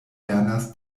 lernas